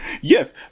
Yes